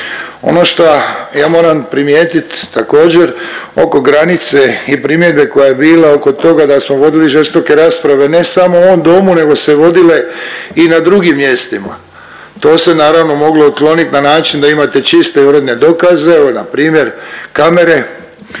Ono šta ja moram primijetit također oko granice i primjedbe koja je bila oko toga da smo vodili žestoke rasprave ne samo u ovom domu nego su se vodile i na drugim mjestima. To se naravno moglo otklonit na način da imate čiste i uredne dokaze evo npr. kamere